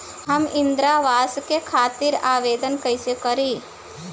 हम इंद्रा अवास के खातिर आवेदन कइसे करी?